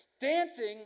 Dancing